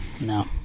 No